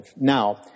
Now